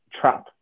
trap